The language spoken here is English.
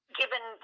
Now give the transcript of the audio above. given